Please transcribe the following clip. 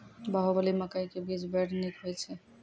बाहुबली मकई के बीज बैर निक होई छै